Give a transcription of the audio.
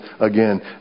again